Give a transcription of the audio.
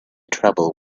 trouble